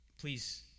Please